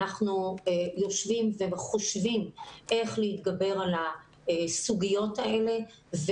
אנחנו יושבים וחושבים איך להתגבר על הסוגיות האלה.